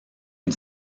une